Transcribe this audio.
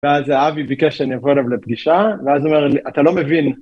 ‫ואז אבי ביקש שאני אבוא אליו לפגישה, ‫ואז הוא אומר לי, אתה לא מבין...